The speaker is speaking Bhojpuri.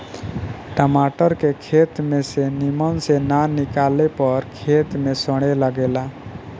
टमाटर के खेत में से निमन से ना निकाले पर खेते में सड़े लगेला